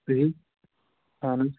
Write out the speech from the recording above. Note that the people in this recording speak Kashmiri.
صحی اَہن حظ